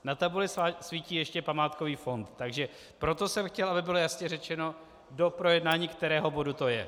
Na tabuli svítí ještě památkový fond, takže proto jsem chtěl, aby bylo jasně řečeno, do projednání kterého bodu to je.